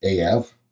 AF